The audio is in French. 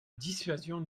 dissuasion